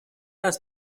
است